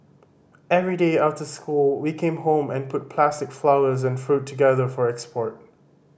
every day after school we came home and put plastic flowers and fruit together for export